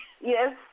Yes